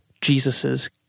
Jesus's